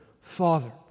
Father